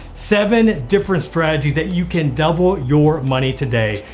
seven different strategies that you can double your money today.